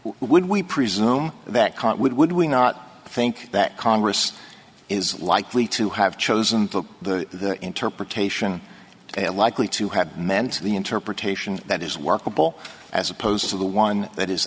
would we presume that current would would we not think that congress is likely to have chosen the interpretation likely to have meant the interpretation that is workable as opposed to the one that is